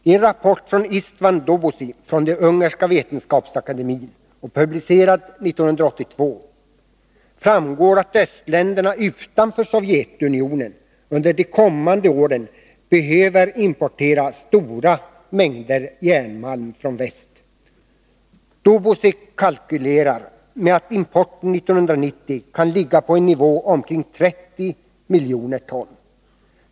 Av en rapport av Istvån Dobozi i den ungerska vetenskapsakademien, publicerad 1982, framgår att östländerna utanför Sovjetunionen under de kommande åren behöver importera stora mängder järnmalm från väst. Doborzi kalkylerar med att importen 1990 kan ligga på en nivå omkring 30 miljoner ton.